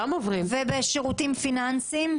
ובשירותים פיננסיים?